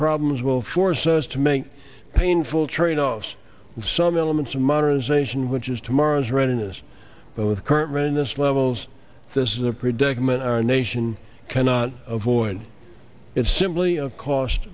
problems will force us to make painful tradeoffs some elements of modernization which is tomorrow's readiness but with current ran this levels this is a predicament our nation cannot avoid it's simply a cost